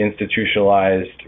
institutionalized